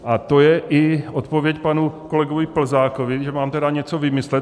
A to je i odpověď panu kolegovi Plzákovi, že mám tedy něco vymyslet.